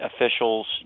officials